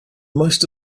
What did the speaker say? most